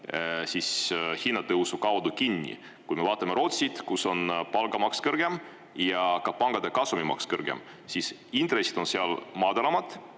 hinna tõusu kaudu kinni? Kui me vaatame Rootsit, kus on palgamaks kõrgem ja ka pankade kasumimaks kõrgem, siis intressid on seal madalamad,